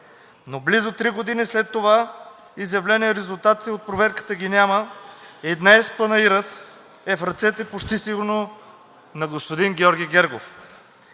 Но близо три години след това изявление резултатите от проверката ги няма и днес Панаирът е в ръцете почти сигурно на господин Георги Гергов.